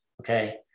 Okay